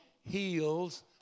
heals